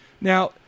Now